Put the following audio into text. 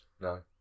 No